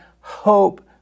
hope